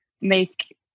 make